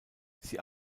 sie